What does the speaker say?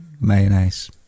Mayonnaise